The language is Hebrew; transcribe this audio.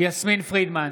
יסמין פרידמן,